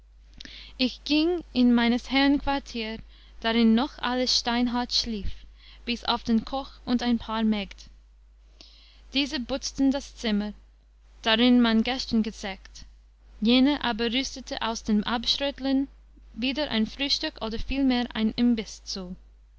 ich gieng in meines herrn quartier darin noch alles steinhart schlief bis auf den koch und ein paar mägd diese butzten das zimmer darin man gestern gezecht jener aber rüstete aus den abschrötlin wieder ein frühstück oder vielmehr ein imbiß zu